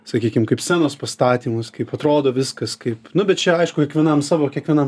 sakykim kaip scenos pastatymas kaip atrodo viskas kaip nu bet čia aišku kiekvienam savo kiekvienam